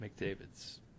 McDavid's